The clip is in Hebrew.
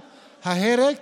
ההרג.